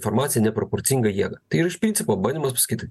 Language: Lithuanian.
informaciją neproporcinga jėga tai yra iš principo bandymas pasakyti